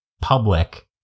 public